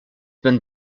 been